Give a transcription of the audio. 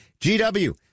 GW